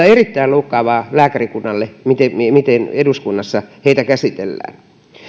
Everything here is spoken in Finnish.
erittäin loukkaavaa lääkärikunnalle miten eduskunnassa heitä käsitellään